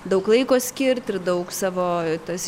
daug laiko skirt ir daug savo tas